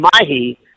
mahi